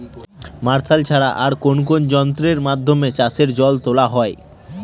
Martial ছাড়া আর কোন কোন যন্ত্রেরর মাধ্যমে চাষের জল তোলা হয়?